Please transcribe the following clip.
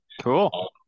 cool